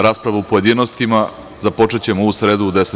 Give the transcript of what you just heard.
Raspravu u pojedinostima započećemo u sredu, u 10.